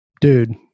Dude